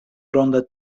ronda